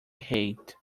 hate